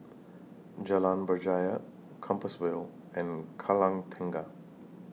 Jalan Berjaya Compassvale and Kallang Tengah